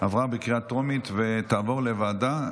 עברה בקריאה טרומית ותעבור לוועדה,